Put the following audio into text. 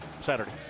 Saturday